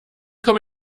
komme